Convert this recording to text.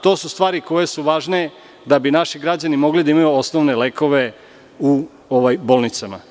To su stvari koje su važne da bi naši građani mogli da imaju osnovne lekove u bolnicama.